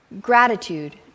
Gratitude